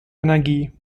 energie